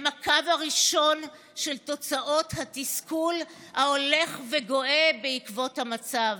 הם הקו הראשון של תוצאות התסכול ההולך וגואה בעקבות המצב.